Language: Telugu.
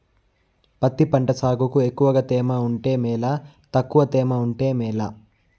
పత్తి పంట సాగుకు ఎక్కువగా తేమ ఉంటే మేలా తక్కువ తేమ ఉంటే మేలా?